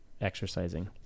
exercising